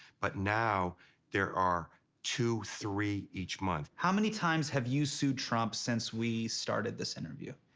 but now there are two, three each month. how many times have you sued trump since we started this interview?